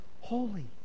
holy